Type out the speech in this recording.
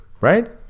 Right